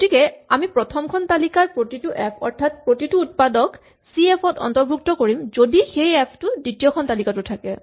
গতিকে আমি প্ৰথমখন তালিকাৰ প্ৰতিটো এফ অৰ্থাৎ প্ৰতিটো উৎপাদক চি এফ ত অৰ্ন্তভুক্ত কৰিম যদি সেই এফ টো দ্বিতীয়খন তালিকাটো থাকে